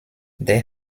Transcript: they